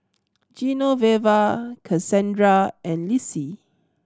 Genoveva Cassandra and Lissie